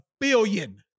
billion